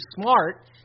smart